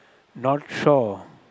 not shore